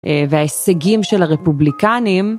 וההישגים של הרפובליקנים...